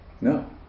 No